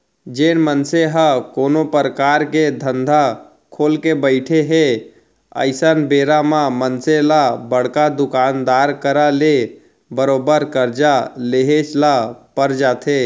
जेन मनसे ह कोनो परकार के धंधा खोलके बइठे हे अइसन बेरा म मनसे ल बड़का दुकानदार करा ले बरोबर करजा लेहेच ल पर जाथे